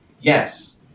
Yes